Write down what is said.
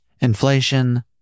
inflation